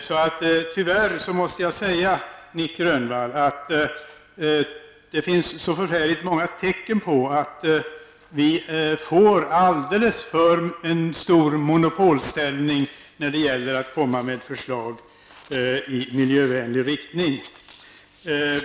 Jag måste tyvärr säga, Nic Grönvall, att det finns förfärande många tecken på att miljöpartiet har en alldeles för stor monopolställning när det gäller att komma med förslag i miljövänlig riktning.